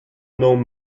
nom